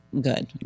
good